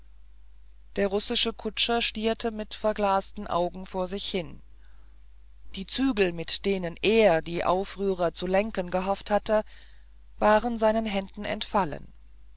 der russische kutscher stierte mit verglasten augen vor sich hin die zügel mit denen er die aufrührer zu lenken gehofft hatte waren seinen händen entfallen